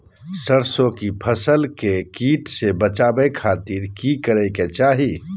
सरसों की फसल के कीट से बचावे खातिर की करे के चाही?